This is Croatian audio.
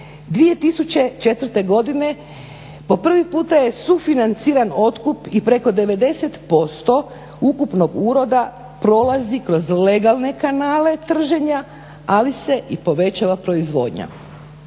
2004. godine po prvi puta je sufinanciran otkup i preko 90% ukupnog uroda prolazi kroz legalne kanale trženja ali se i povećava proizvodnja.